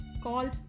called